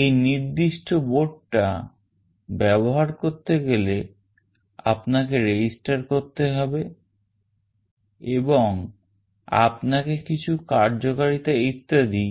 এই নির্দিষ্ট board টা ব্যবহার করতে গেলে আপনাকে register করতে হবে এবং আপনাকে কিছু কার্যকারিতা ইত্যাদি